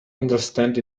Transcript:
understand